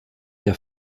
der